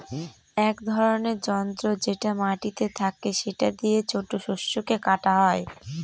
এক ধরনের যন্ত্র যেটা মাটিতে থাকে সেটা দিয়ে ছোট শস্যকে কাটা হয়